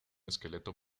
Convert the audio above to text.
esqueleto